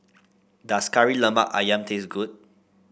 does Kari Lemak ayam taste good